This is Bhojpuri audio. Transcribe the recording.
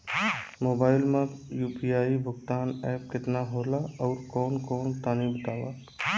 मोबाइल म यू.पी.आई भुगतान एप केतना होला आउरकौन कौन तनि बतावा?